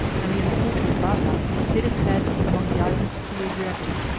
and the unfortunate bata hid his head among the islands of the adriatic.